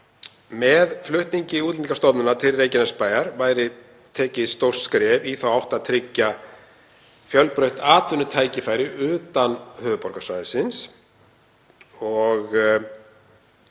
Með flutningi Útlendingastofnunar til Reykjanesbæjar væri tekið stórt skref í átt að því að tryggja fjölbreytt atvinnutækifæri utan höfuðborgarsvæðisins.